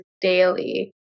daily